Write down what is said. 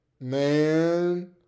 Man